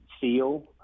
feel